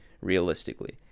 realistically